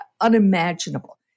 unimaginable